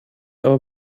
aber